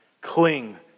Cling